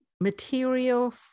material